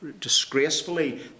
disgracefully